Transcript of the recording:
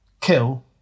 kill